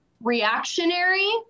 reactionary